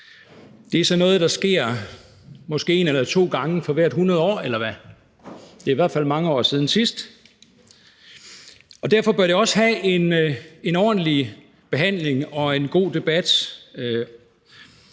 Det er sådan noget, der sker måske en eller to gange inden for 100 år, eller hvad? Det er i hvert fald mange år siden sidst. Derfor bør det også have en ordentlig behandling og en god debat.